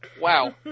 wow